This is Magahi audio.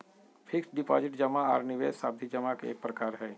फिक्स्ड डिपाजिट जमा आर निवेश सावधि जमा के एक प्रकार हय